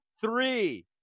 three